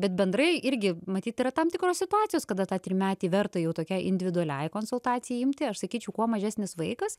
bet bendrai irgi matyt yra tam tikros situacijos kada tą trimetį verta jau tokiai individualiai konsultacijai imti aš sakyčiau kuo mažesnis vaikas